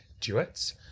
duets